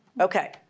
Okay